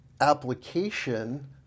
application